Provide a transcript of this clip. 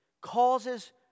Causes